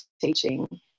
teaching